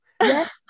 Yes